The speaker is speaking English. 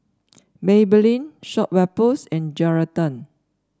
Maybelline Schweppes and Geraldton